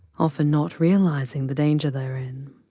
often not realizing the danger they're in,